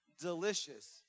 delicious